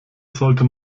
sollte